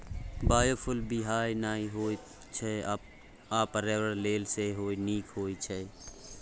biofuel बिखाह नहि होइ छै आ पर्यावरण लेल सेहो नीक होइ छै